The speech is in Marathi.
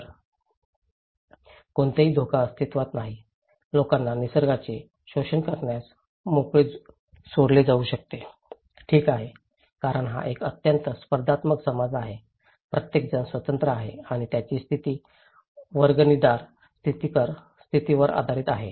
तर कोणतेही धोका अस्तित्त्वात नाही लोकांना निसर्गाचे शोषण करण्यास मोकळे सोडले जाऊ शकते ठीक आहे कारण हा एक अत्यंत स्पर्धात्मक समाज आहे प्रत्येकजण स्वतंत्र आहे आणि त्यांची स्थिती वर्गणीदार स्थितीवर आधारित आहे